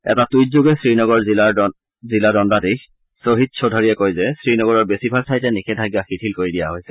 এটা টুইট যোগে শ্ৰীনগৰ জিলাৰ দণ্ডাধীশ ছহীদ চৌধাৰীয়ে কয় যে শ্ৰীনগৰৰ বেছিভাগ ঠাইতে নিষেধাজ্ঞা শিথিল কৰি দিয়া হৈছে